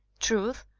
truth,